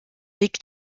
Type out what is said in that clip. liegt